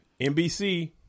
NBC